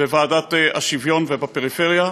וועדת השוויון החברתי.